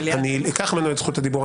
אני אקח ממנו את זכות הדיבור,